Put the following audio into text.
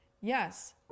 yes